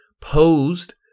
posed